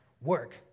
work